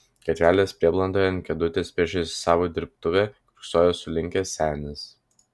gatvelės prieblandoje ant kėdutės priešais savo dirbtuvę kiurksojo sulinkęs senis